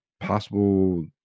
possible